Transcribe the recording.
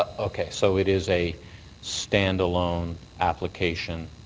okay. so, it is a stand-alone application,